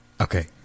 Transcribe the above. okay